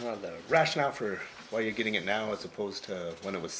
well the rationale for why you're getting it now as opposed to when it was